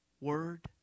Word